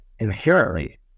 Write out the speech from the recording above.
inherently